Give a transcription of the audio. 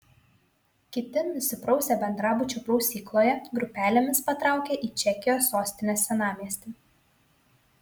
kiti nusiprausę bendrabučio prausykloje grupelėmis patraukė į čekijos sostinės senamiestį